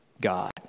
God